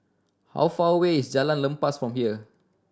how far away is Jalan Lepas from here